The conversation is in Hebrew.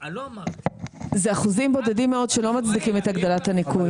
אלה אחוזים בודדים מאוד שלא מצדיקים את הגדלת הניכוי.